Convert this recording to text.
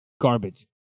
garbage